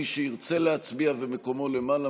מי שירצה להצביע ומקומו למעלה,